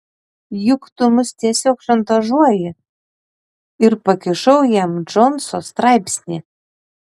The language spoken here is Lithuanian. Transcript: juk tu mus tiesiog šantažuoji ir pakišau jam džonso straipsnį